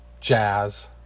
Jazz